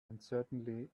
uncertainly